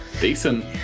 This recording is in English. Decent